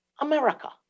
America